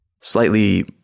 slightly